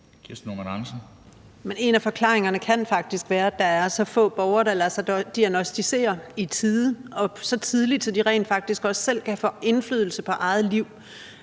en af forklaringerne kan faktisk være, at der er så få borgere, der lader sig diagnosticere i tide og så tidligt, at de rent faktisk også selv kan få indflydelse på eget liv.